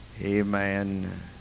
Amen